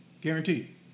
Guaranteed